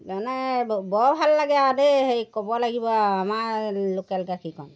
তাৰমানে বৰ ভাল লাগে আৰু দেই হেৰি ক'ব লাগিব আৰু আমাৰ লোকেল গাখীৰকণ